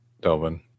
Delvin